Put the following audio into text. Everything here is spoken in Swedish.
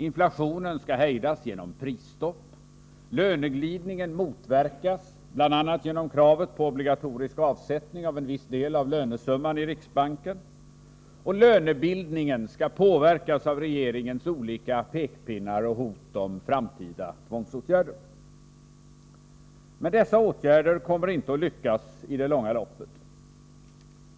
Inflationen skall hejdas genom prisstopp, löneglidningen skall motverkas, bl.a. genom kravet på obligatorisk avsättning av en viss del av lönesumman i riksbanken, och lönebildningen skall påverkas av regeringens olika pekpinnar och hot om framtida tvångsåtgärder. Men dessa åtgärder kommer inte att lyckas i det långa loppet.